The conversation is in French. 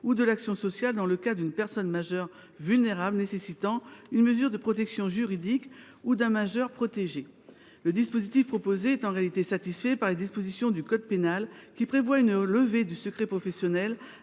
ou de l’action sociale dans le cas d’une personne majeure vulnérable nécessitant une mesure de protection juridique ou d’un majeur protégé. Le dispositif proposé est en réalité satisfait par les dispositions du code pénal, qui prévoient la levée du secret professionnel